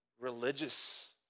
religious